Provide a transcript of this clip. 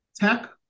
tech